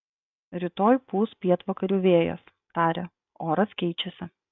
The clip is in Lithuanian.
rytoj pūs pietvakarių vėjas tarė oras keičiasi